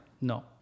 No